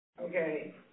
Okay